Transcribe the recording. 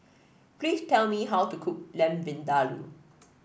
please tell me how to cook Lamb Vindaloo